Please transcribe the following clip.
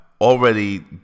already